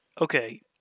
Okay